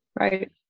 Right